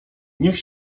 niech